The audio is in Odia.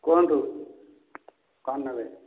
କୁହନ୍ତୁ କ'ଣ ନେବେ